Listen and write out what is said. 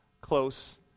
close